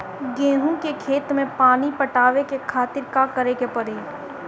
गेहूँ के खेत मे पानी पटावे के खातीर का करे के परी?